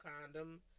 condom